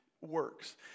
works